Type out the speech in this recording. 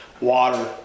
water